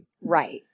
Right